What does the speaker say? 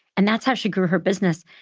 and that's how she grew her business.